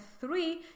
three